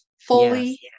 fully